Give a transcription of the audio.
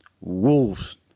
Wolves